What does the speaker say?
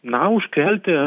na užkelti